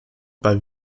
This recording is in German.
bei